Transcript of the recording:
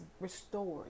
restored